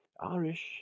Irish